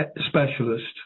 specialist